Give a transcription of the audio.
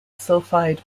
sulfide